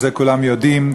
את זה כולם יודעים,